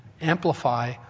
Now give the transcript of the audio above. amplify